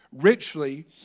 richly